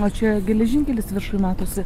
o čia geležinkelis viršuj matosi